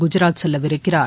Gujarat செல்லவிருக்கிறார்